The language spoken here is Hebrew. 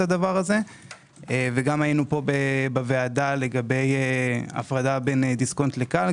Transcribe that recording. זה וגם היינו פה בוועדה לגבי הפרדה בין דיסקונט לכאל,